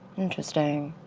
interesting.